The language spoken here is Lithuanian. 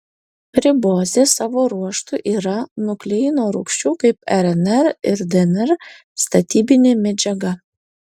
ribozė savo ruožtu yra nukleino rūgščių kaip rnr ir dnr statybinė medžiaga